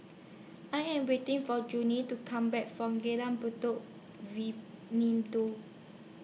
I Am waiting For Judi to Come Back from Jalan Buloh